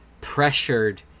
pressured